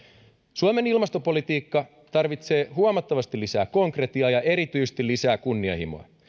suomen ilmastopolitiikka tarvitsee huomattavasti lisää konkretiaa ja erityisesti lisää kunnianhimoa